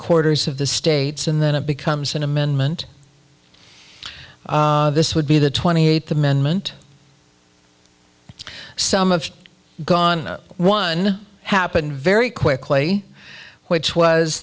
quarters of the states and then it becomes an amendment this would be the twenty eighth amendment some of gone one happened very quickly which was